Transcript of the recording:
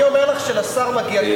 אני אומר לך שלשר מגיע קרדיט.